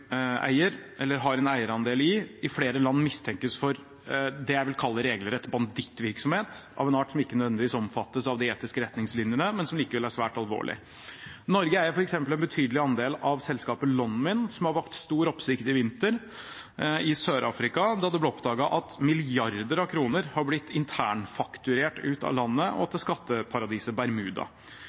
eier, eller har en eierandel i, i flere land mistenkes for det jeg vil kalle regelrett bandittvirksomhet, av en art som ikke nødvendigvis omfattes av de etiske retningslinjene, men som likevel er svært alvorlig. Norge eier f.eks. en betydelig andel av selskapet Lonmin, som har vakt stor oppsikt i vinter i Sør-Afrika, da det ble oppdaget at milliarder av kroner har blitt internfakturert ut av landet og til skatteparadiset Bermuda.